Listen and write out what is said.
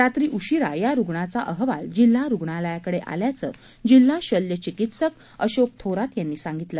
रात्री उशिरा या रुग्णाचा अहवाल जिल्हा रुग्णालयाकडे आल्याचं जिल्हा शल्य चिकित्सक अशोक थोरात यांनी सांगितले